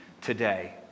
today